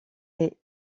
est